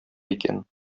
икән